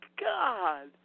God